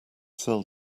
sell